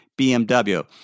BMW